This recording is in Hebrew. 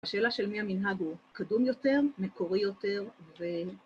השאלה של מי המנהג הוא קדום יותר, מקורי יותר ו...